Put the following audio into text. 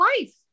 life